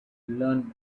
learn